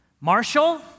Marshall